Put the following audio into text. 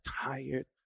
tired